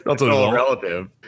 relative